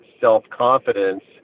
self-confidence